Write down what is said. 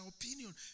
opinion